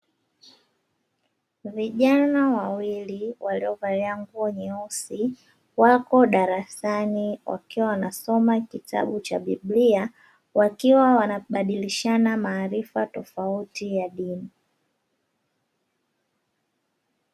Vijana wawili waliovalia nguo nyeusi, wako darasani wakiwa wanasoma kitabu cha biblia, wakiwa wanabadilishana maarifa tofauti ya dini.